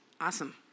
awesome